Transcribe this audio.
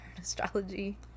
astrology